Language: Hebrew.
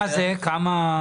משרד החוץ, סימה.